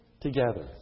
together